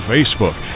Facebook